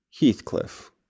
Heathcliff